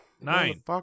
nine